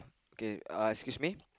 okay uh excuse me